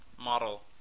model